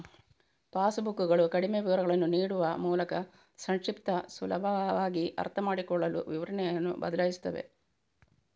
pass ಬುಕ್ಕುಗಳು ಕಡಿಮೆ ವಿವರಗಳನ್ನು ನೀಡುವ ಮೂಲಕ ಸಂಕ್ಷಿಪ್ತ, ಸುಲಭವಾಗಿ ಅರ್ಥಮಾಡಿಕೊಳ್ಳಲು ವಿವರಣೆಯನ್ನು ಬದಲಾಯಿಸುತ್ತವೆ